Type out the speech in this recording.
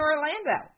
Orlando